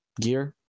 gear